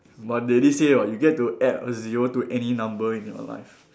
but they did say what you get to add a zero to any number in your life